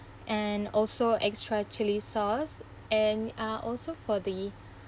and also extra chili sauce and uh also for the